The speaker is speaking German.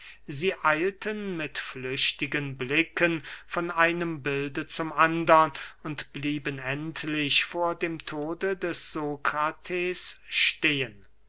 sie eilten mit flüchtigen blicken von einem bilde zum andern und blieben endlich vor dem tode des sokrates stehen